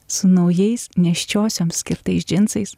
su naujais nėščiosioms skirtais džinsais